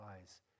eyes